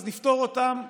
אז נפטור אותם מארנונה,